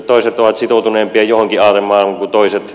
toiset ovat sitoutuneempia johonkin aatemaailmaan kuin toiset